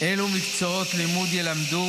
אילו מקצועות לימוד יילמדו,